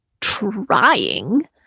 trying